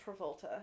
Travolta